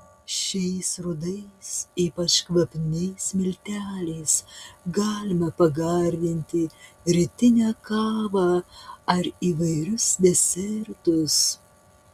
šiais rudais ypač kvapniais milteliais galima pagardinti rytinę kavą ar įvairius desertus